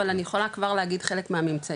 אבל אני יכולה כבר להגיד חלק מהממצאים.